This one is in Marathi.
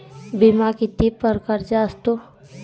बिमा किती परकारचा असतो?